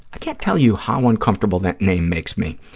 i can't tell you how uncomfortable that name makes me,